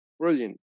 brilliant